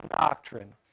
doctrine